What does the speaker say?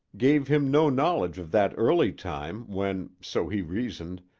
gave him no knowledge of that early time, when, so he reasoned,